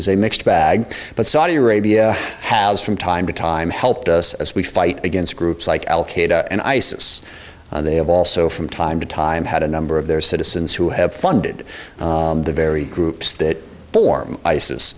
is a mixed bag but saudi arabia has from time to time helped us as we fight against groups like al qaeda and isis they have also from time to time had a number of their citizens who have funded the very groups that form isis